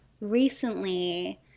recently